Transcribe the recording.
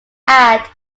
add